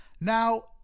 Now